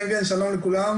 שלום לכולם.